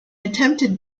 attempted